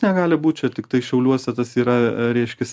negali būt čia tiktai šiauliuose tas yra reiškiasi